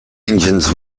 engines